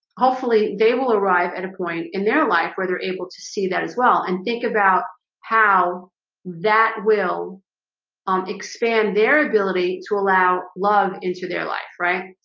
hopefully they will arrive at a point in their life where they're able to see that as well and think about how that will um expand their ability to allow love into their life, right?